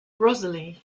rosalie